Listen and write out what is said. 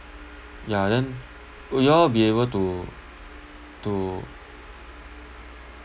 ya then will you all be able to to